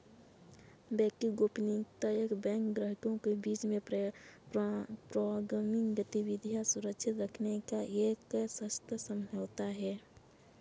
banking गोपनीयता एक bank और ग्राहकों के बीच पूर्वगामी गतिविधियां सुरक्षित रखने का एक सशर्त समझौता है